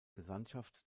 gesandtschaft